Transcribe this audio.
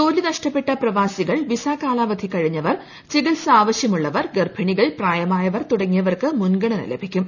ജോലി നഷ്ട്ടുപ്പെട്ട് പ്രവാസികൾ വിസാ കാലാവധി കഴിഞ്ഞവർ ചികിത്സ് ആപ്പശ്യമുള്ളവർ ഗർഭിണികൾ പ്രായമായവർ തുടങ്ങിയവർക്ക് മുൻഗണന ലഭിക്കും